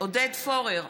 עודד פורר,